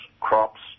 crops